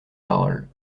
paroles